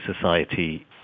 society